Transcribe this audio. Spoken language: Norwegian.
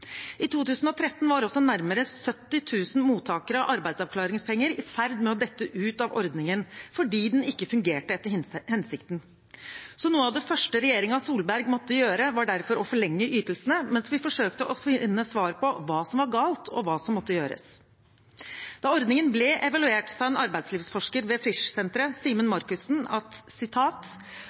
I 2013 var også nærmere 70 000 mottakere av arbeidsavklaringspenger i ferd med å dette ut av ordningen fordi den ikke fungerte etter hensikten. Så noe av det første regjeringen Solberg måtte gjøre, var å forlenge ytelsene mens vi forsøkte å finne svar på hva som var galt, og hva som måtte gjøres. Da ordningen ble evaluert, sa en arbeidslivsforsker ved Frischsenteret, Simen Markussen: